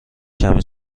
کمی